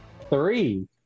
Three